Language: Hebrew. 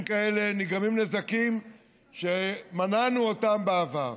כאלה נגרמים נזקים שמנענו אותם בעבר.